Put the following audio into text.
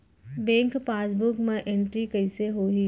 Bank passbook मा entry कइसे होही?